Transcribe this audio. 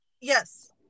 Yes